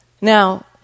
Now